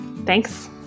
Thanks